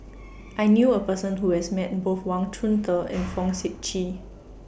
I knew A Person Who has Met Both Wang Chunde and Fong Sip Chee